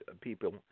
people